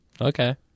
Okay